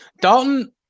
Dalton